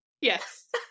Yes